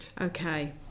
Okay